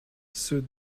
ceux